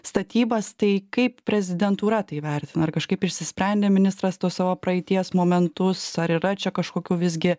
statybas tai kaip prezidentūra tai vertina ar kažkaip išsisprendė ministras tuos savo praeities momentus ar yra čia kažkokių visgi